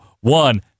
one